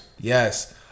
Yes